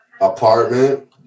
apartment